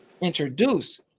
introduce